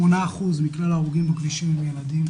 8% מכלל הילדים ההרוגים בכבישים הם ילדים,